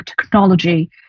technology